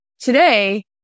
Today